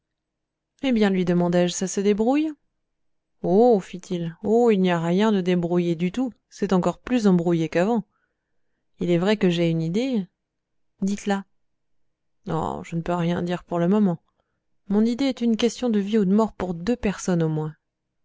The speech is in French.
eh bien lui demandais-je ça se débrouille oh fit-il oh il n'y a rien de débrouillé du tout c'est encore plus embrouillé qu'avant il est vrai que j'ai une idée dites-la oh je ne peux rien dire pour le moment mon idée est une question de vie ou de mort pour deux personnes au moins